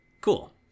Cool